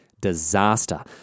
disaster